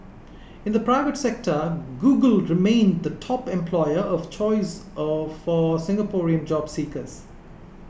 in the private sector Google remained the top employer of choice or for Singaporean job seekers